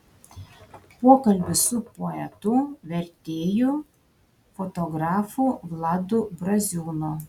pokalbis su poetu vertėju fotografu vladu braziūnu